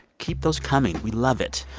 keep those coming. we love it.